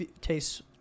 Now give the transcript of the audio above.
tastes